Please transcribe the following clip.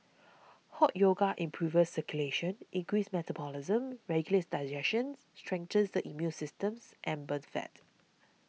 Hot Yoga improves circulation increases metabolism regulates digestions strengthens the immune systems and burns fat